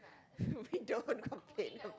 don't want to complain about